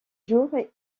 jour